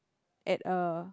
at a